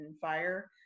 fire